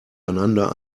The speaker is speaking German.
einander